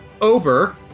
over